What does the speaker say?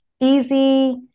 easy